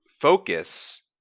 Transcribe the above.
focus